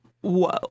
Whoa